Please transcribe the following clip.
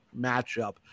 matchup